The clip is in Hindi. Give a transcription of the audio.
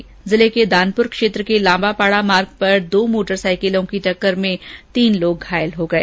बांसवाडा जिले के दानपुर क्षेत्र के लाम्बा पाडा मार्ग पर दो मोटरसाईकिलों की टक्कर में तीन लोग घायल हो गये